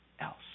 else